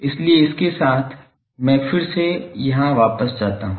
इसलिए इसके साथ मैं फिर से यहां वापस जाता हूं